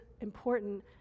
important